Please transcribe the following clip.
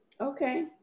Okay